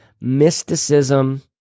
mysticism